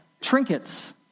trinkets